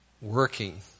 working